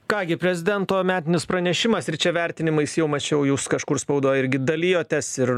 ką gi prezidento metinis pranešimas ir čia vertinimais jau mačiau jūs kažkur spaudoj irgi dalijotės ir